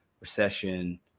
recession